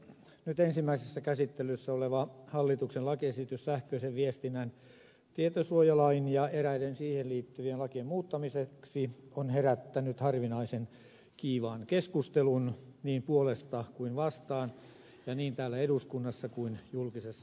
nyt ensimmäisessä käsittelyssä oleva hallituksen lakiesitys sähköisen viestinnän tietosuojalain ja eräiden siihen liittyvien lakien muuttamisesta on herättänyt harvinaisen kiivaan keskustelun niin puolesta kuin vastaan niin täällä eduskunnassa kuin julkisessa sanassakin